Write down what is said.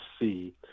see